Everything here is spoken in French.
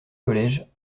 college